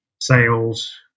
sales